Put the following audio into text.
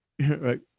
Right